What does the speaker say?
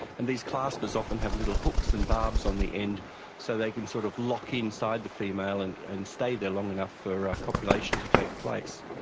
and these claspers often have little hooks and barbs on the end so they can sort of lock inside the female and and stay there long enough for copulation to take place.